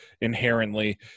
inherently